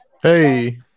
Hey